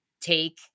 take